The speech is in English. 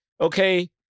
okay